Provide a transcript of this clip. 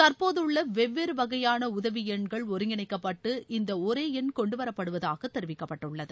தற்போதுள்ள வெவ்வேறு வகையான உதவி எண்கள் ஒருங்கிணைக்கப்பட்டு இந்த ஒரே எண் கொண்டுவரப்படுவதாக தெரிவிக்கப்பட்டுள்ளது